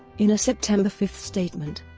in a september five statement,